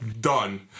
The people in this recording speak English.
done